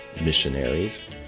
missionaries